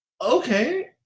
okay